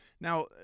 Now